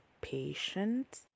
patient